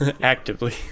Actively